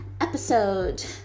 episode